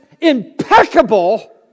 impeccable